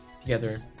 together